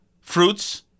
fruits